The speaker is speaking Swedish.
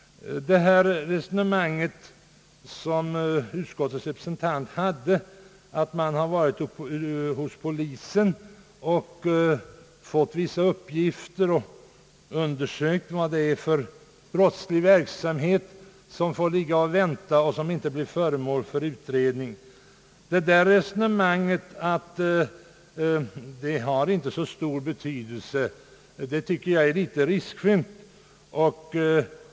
Utskottets representant uppgav att man har varit hos polisen och fått vissa uppgifter och att man undersökt vad det är för brottslig verksamhet, som av brist på arbetskraft inte på lång tid blir föremål för utredning. Resonemanget att detta inte har så stor betydelse, tycker jag är litet riskfyllt.